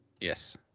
yes